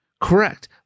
Correct